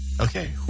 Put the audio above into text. Okay